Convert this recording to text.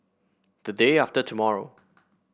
the day after tomorrow